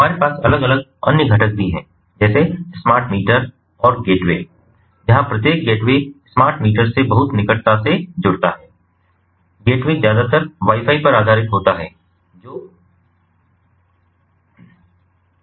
हमारे पास अलग अलग अन्य घटक भी हैं जैसे स्मार्ट मीटर और गेटवे जहाँ प्रत्येक गेटवे स्मार्ट मीटर से बहुत निकटता से जुड़ता है गेटवे ज्यादातर वाई फाई पर आधारित होता है जो 80211 होता है